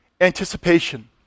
anticipation